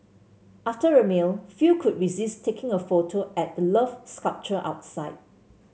after a meal few could resist taking a photo at the Love sculpture outside